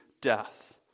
death